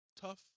tough